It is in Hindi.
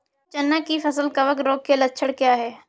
चना की फसल कवक रोग के लक्षण क्या है?